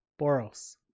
Boros